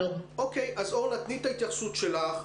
תני את ההתייחסות שלך.